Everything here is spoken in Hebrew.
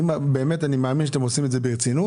אני מאמין שאתם עושים את זה ברצינות